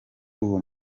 uwo